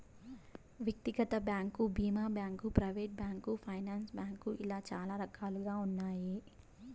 వ్యక్తిగత బ్యాంకు భీమా bank, private bank, finance bank ఇలా చాలా రకాలుగా ఉన్నాయి